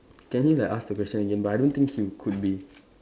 can you like ask the question again but I don't think he'd could be